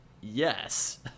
Yes